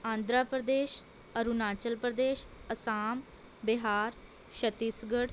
Andhra Pradesh Arunachal Pradesh Assam Bihar Chhattisgarh